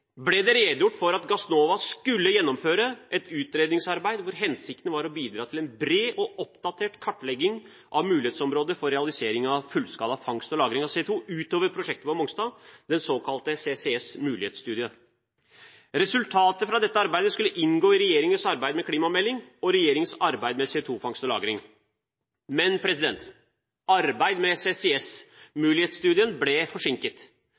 ble det redegjort for at Gassnova skulle gjennomføre et utredningsarbeid hvor hensikten var å bidra til en bred og oppdatert kartlegging av mulighetsområdet for realisering av fullskala fangst og lagring av CO2 utover prosjektet på Mongstad, den såkalte CCS-mulighetsstudien. Resultatene fra dette arbeidet skulle inngå i regjeringens arbeid med klimameldingen og regjeringens arbeid med CO2-fangst og -lagring. Men arbeidet med CCS-mulighetsstudien ble forsinket